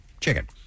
chicken